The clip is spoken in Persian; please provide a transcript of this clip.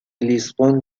لیسبون